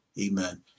Amen